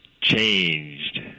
changed